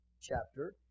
chapter